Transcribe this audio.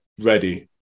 ready